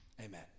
amen